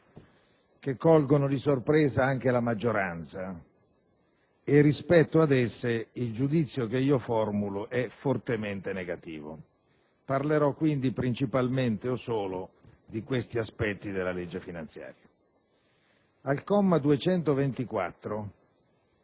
che colgono di sorpresa anche la maggioranza e rispetto ad esse il giudizio che formulo è fortemente negativo. Parlerò quindi solo o principalmente di questi aspetti della legge finanziaria. All'articolo